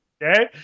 okay